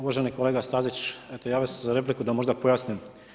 Uvaženi kolega Stazić, eto javio sam se za repliku da možda pojasnim.